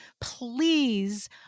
please